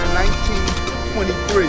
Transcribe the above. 1923